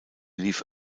lief